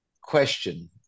question